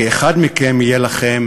כאחד מכם יהיה לכם,